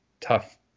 tough